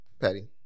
Patty